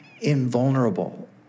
invulnerable